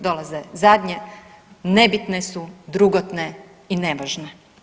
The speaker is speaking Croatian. Dolaze zadnje, nebitne su, drugotne i nevažne.